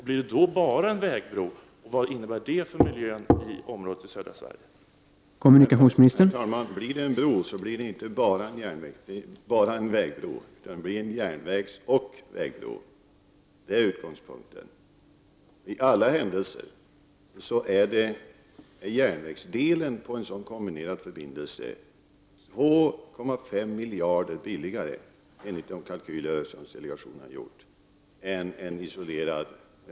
Blir det bara en vägbro kan man fråga sig vad det innebär för miljön i det här området i södra Sverige.